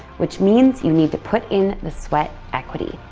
which means you need to put in the sweat equity.